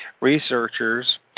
Researchers